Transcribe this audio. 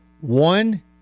One